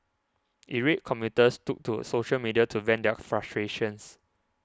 irate commuters took to social media to vent their frustration